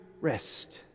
rest